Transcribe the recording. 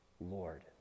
Lord